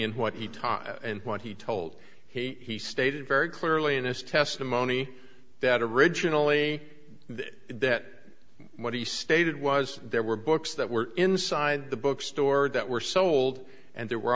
in what he taught and what he told he stated very clearly in this testimony that originally that what he stated was there were books that were inside the bookstores that were sold and there were